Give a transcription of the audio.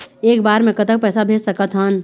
एक बार मे कतक पैसा भेज सकत हन?